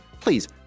please